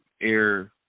air